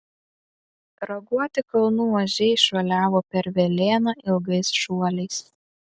raguoti kalnų ožiai šuoliavo per velėną ilgais šuoliais